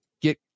get